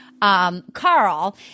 Carl